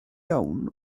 iawn